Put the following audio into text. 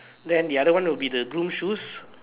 then the other one would be the blue shoes